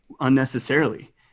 unnecessarily